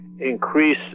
increase